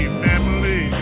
family